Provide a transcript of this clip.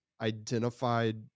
identified